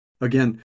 Again